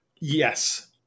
Yes